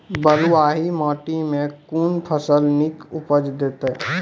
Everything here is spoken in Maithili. बलूआही माटि मे कून फसल नीक उपज देतै?